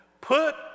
Put